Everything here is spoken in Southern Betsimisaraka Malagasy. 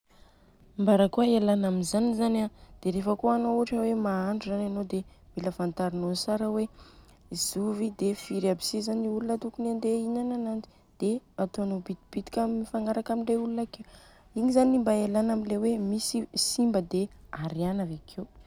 Mbarakôa ialanô amizany zany an dia Rehefa kôa anô ka hoe mahandro zany anô dia mila fantarinô tsara hoe zovy dia firy aby si zany olona tokony handeha ihinana ananjy, dia atônô bitika mifagnaraka amin'ny le olona akeo. Igny zany mba elana amin'ny le hoe simba dia ariana avekeo.